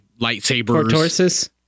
lightsabers